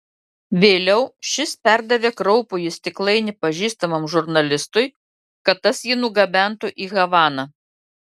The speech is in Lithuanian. vėliau šis perdavė kraupųjį stiklainį pažįstamam žurnalistui kad tas jį nugabentų į havaną